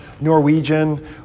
Norwegian